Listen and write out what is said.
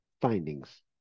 findings